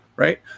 Right